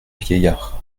vieillard